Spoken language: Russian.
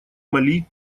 мали